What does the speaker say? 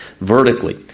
vertically